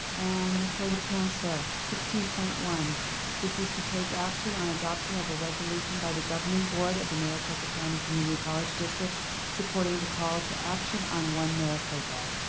and for the chancellor, sixteen point zero this is to take action on adoption of a resolution by the governing board of the maricopa county community college district supporting the call to action on one maricopa.